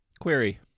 Query